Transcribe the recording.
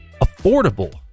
affordable